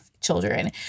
children